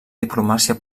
diplomàcia